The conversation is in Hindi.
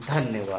धन्यवाद